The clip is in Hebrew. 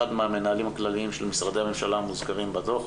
מהמנהלים הכלליים של משרדי הממשלה המוזכרים בדו"ח,